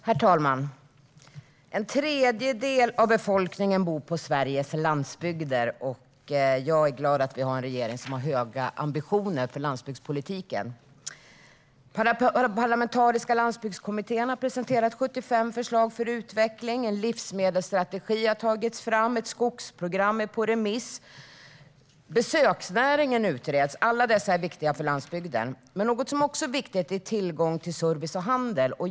Herr talman! En tredjedel av befolkningen bor i Sveriges landsbygd, och jag är glad att vi har en regering som har höga ambitioner i landsbygdspolitiken. Parlamentariska landsbygdskommittén har presenterat 75 förslag för utveckling. En livsmedelsstrategi har tagits fram, ett skogsprogram är ute på remiss och besöksnäringen utreds. Allt detta är viktigt för landsbygden. Något som också är viktigt är tillgången till service och handel.